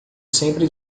sempre